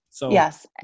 Yes